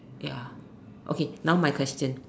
ya okay now my question